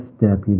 deputy